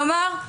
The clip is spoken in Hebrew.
כלומר,